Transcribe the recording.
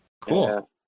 Cool